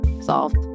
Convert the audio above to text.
solved